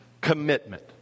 commitment